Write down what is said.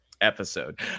episode